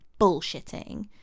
bullshitting